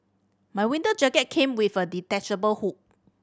my winter jacket came with a detachable hood